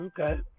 Okay